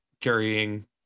carrying